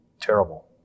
terrible